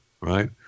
right